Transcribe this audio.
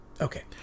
Okay